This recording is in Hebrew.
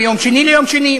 מיום שני ליום שני,